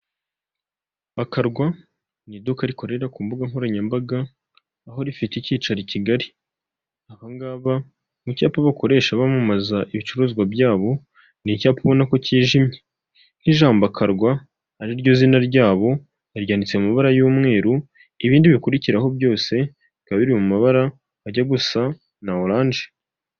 Imodoka yo mu bwoko bwa dayihatsu yifashishwa mu gutwara imizigo ifite ibara ry'ubururu ndetse n'igisanduku cy'ibyuma iparitse iruhande rw'umuhanda, aho itegereje gushyirwamo imizigo. Izi modoka zikaba zifashishwa mu kworoshya serivisi z'ubwikorezi hirya no hino mu gihugu. Aho zifashishwa mu kugeza ibintu mu bice bitandukanye by'igihugu.